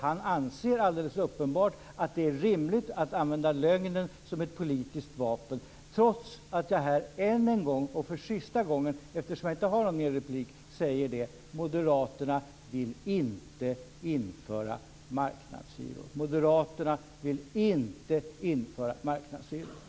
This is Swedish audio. Han anser nämligen uppenbarligen att det är rimligt att använda lögnen som ett politisk vapen trots att jag här än en gång, och för sista gången eftersom jag inte har någon mer replik, säger detta: Moderaterna vill inte införa marknadshyror.